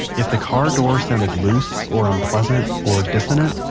if the car door sounded loose or unpleasant or dissonant,